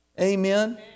Amen